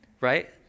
Right